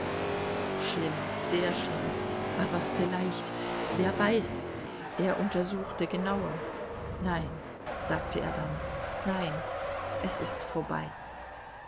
schlimm sehr schlimm aber vielleicht wer weiß er untersuchte genauer nein sagte er dann nein es ist vorbei